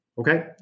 Okay